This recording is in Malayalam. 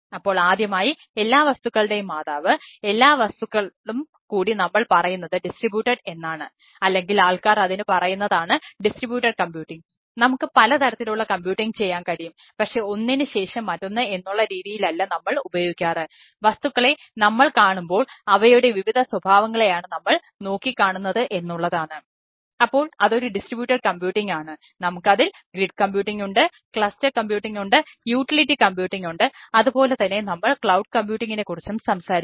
അപ്പോൾ ആദ്യമായി എല്ലാ വസ്തുക്കളുടെയും മാതാവ് എല്ലാ വസ്തുക്കളും കൂടി നമ്മൾ പറയുന്നത് ഡിസ്ട്രിബ്യൂട്ടട് കുറിച്ചും സംസാരിക്കും